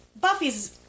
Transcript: Buffy's